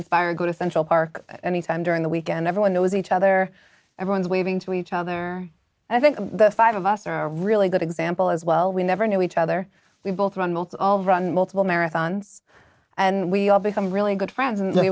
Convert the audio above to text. fire go to central park any time during the weekend everyone knows each other everyone's waving to each other i think the five of us are really good example as well we never knew each other we both run most all run multiple marathons and we all become really good friends and